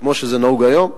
שכמו שזה נהוג היום,